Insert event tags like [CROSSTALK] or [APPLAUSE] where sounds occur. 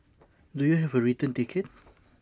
[NOISE] do you have A return ticket [NOISE]